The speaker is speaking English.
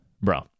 Bro